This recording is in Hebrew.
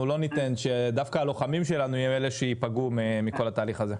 ניתן שדווקא הלוחמים שלנו יהיו אלה שייפגעו מכל התהליך הזה.